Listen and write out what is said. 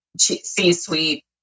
C-suite